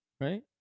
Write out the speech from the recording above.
right